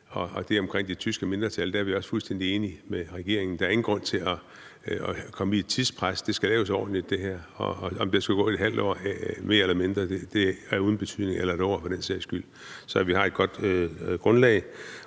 og det om det tyske mindretal – er vi fuldstændig enige med regeringen. Der er ingen grund til at komme under et tidspres. Det skal laves ordentligt – om der så skal gå et halvt år, mere eller mindre eller et år, for den sags skyld, så vi har et godt grundlag.